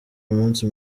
umunsi